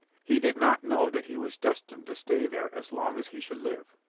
he did not know that he was destined to stay there as long as he should live.